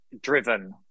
driven